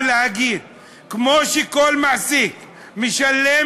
האם בדקתם כמה אנשים כבר נכנסו למסלול